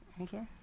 Okay